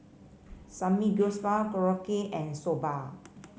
Samgyeopsal Korokke and Soba